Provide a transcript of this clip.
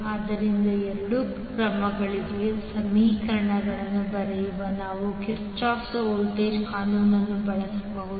ಆದ್ದರಿಂದ ಎರಡೂ ಕ್ರಮಗಳಿಗೆ ಸಮೀಕರಣಗಳನ್ನು ಬರೆಯಲು ನಾವು ಕಿರ್ಚಾಫ್ಸ್ ವೋಲ್ಟೇಜ್ ಕಾನೂನನ್ನು ಬಳಸಬಹುದು